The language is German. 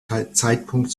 zeitpunkt